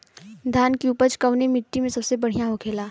धान की उपज कवने मिट्टी में सबसे बढ़ियां होखेला?